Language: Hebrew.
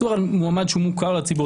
מדובר על מועמד שמוכר לציבור,